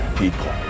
people